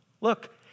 Look